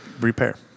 Repair